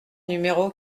numéro